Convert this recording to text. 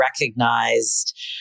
recognized